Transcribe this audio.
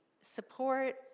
support